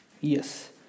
Yes